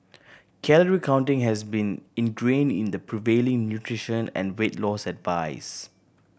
calorie counting has been ingrained in the prevailing nutrition and weight loss advice